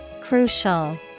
Crucial